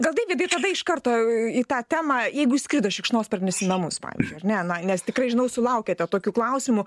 gal deividai tada iš karto į tą temą jeigu įskrido šikšnosparnis į namus pavyzdžiui ar ne na nes tikrai žinau sulaukiate tokių klausimų